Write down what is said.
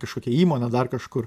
kažkokią įmonę dar kažkur